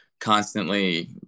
constantly